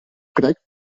crec